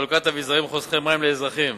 וחלוקת אביזרים חוסכי מים לאזרחים.